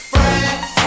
Friends